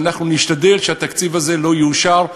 ואנחנו נשתדל שהתקציב הזה לא יאושר,